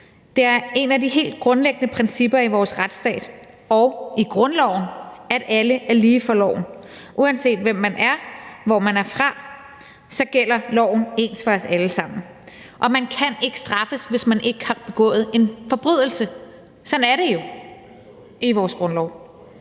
Det er et af de helt grundlæggende principper i vores retsstat og i grundloven, at alle er lige for loven. Uanset hvem man er, og hvor man er fra, gælder loven ens for os alle sammen, og man kan ikke straffes, hvis man ikke har begået en forbrydelse. Sådan er det jo i vores grundlov.